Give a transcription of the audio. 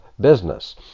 business